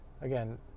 again